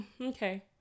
Okay